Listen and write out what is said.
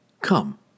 Come